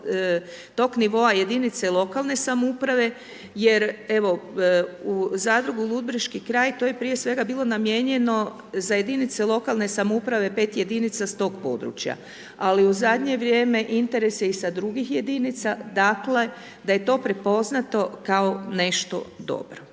tog nivoa jedinice lokalne samouprave jer evo u zadrugu u Ludbreški kraj to je prije svega bilo namijenjeno za jedinice lokalne samouprave, 5 jedinica s tog područja ali u zadnje vrijeme interes je i sa drugih jedinica, dakle da je to prepoznato kao nešto dobro.